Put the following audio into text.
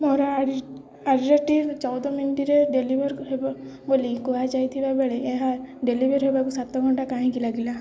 ମୋର ଅର୍ଡ଼ର୍ଟି ଚଉଦ ମିନିଟ୍ରେ ଡେଲିଭର୍ ହେବ ବୋଲି କୁହାଯାଇଥିବା ବେଳେ ଏହା ଡେଲିଭର୍ ହେବାକୁ ସାତ ଘଣ୍ଟା କାହିଁକି ଲାଗିଲା